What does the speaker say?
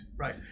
right